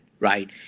Right